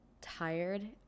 tired